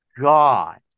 god